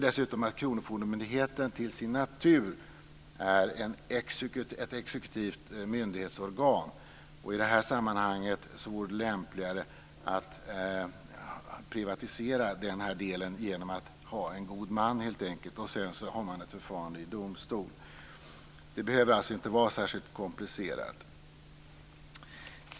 Dessutom är kronofogdemyndigheten till sin natur ett exekutivt myndighetsorgan, och i det här sammanhanget vore det lämpligare att privatisera den här delen genom att helt enkelt ha en god man, och sedan ett förfarande i domstol. Det behöver alltså inte vara särskilt komplicerat.